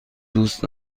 دوست